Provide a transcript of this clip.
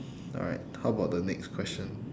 alright how about the next question